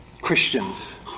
Christians